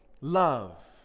love